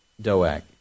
Doak